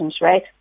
right